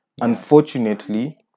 Unfortunately